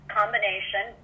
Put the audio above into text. combination